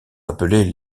appelés